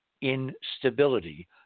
instability